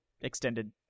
extended